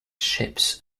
ships